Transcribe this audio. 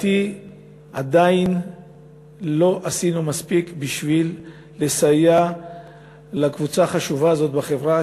עדיין לא עשינו מספיק בשביל לסייע לקבוצה החשובה הזאת בחברה,